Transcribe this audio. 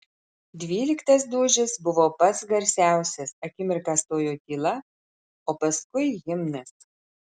dvyliktas dūžis buvo pats garsiausias akimirką stojo tyla o paskui himnas